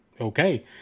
okay